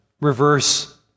reverse